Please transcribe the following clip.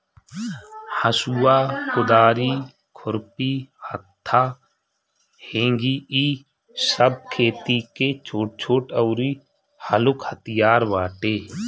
हसुआ, कुदारी, खुरपी, हत्था, हेंगी इ सब खेती के छोट अउरी हलुक हथियार बाटे